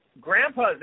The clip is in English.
Grandpa's